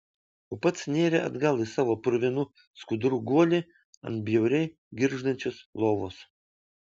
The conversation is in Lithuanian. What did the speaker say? o pats nėrė atgal į savo purvinų skudurų guolį ant bjauriai girgždančios lovos